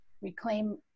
reclaim